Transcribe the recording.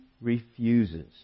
refuses